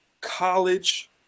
college